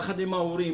יחד עם ההורים,